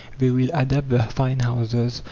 they will adapt the fine houses,